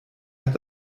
hat